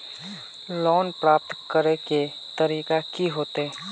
Loan प्राप्त करे के तरीका की होते?